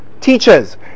teachers